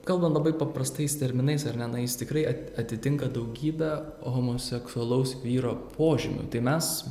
kalban labai paprastais terminais ar ne na is tikrai at atitinka daugybę homoseksualaus vyro požymių tai mes